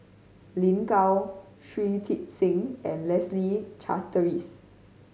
Lin Gao Shui Tit Sing and Leslie Charteris